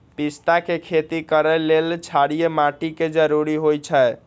पिस्ता के खेती करय लेल क्षारीय माटी के जरूरी होई छै